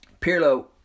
Pirlo